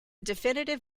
definitive